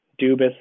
Dubis